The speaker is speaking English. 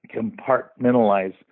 compartmentalize